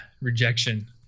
Rejection